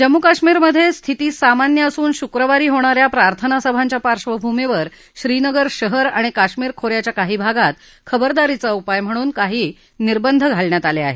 जम्मू कश्मीरमधे स्थिती सामान्य असून शुक्रवारी होणा या प्रार्थनांसभांच्या पार्श्वभूमीवर श्रीनगर शहर आणि कश्मिर खो याच्या काही भागात खबरदारीचा उपाय म्हणून काही निर्बंध घालण्यात आले आहेत